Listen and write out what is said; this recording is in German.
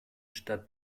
statt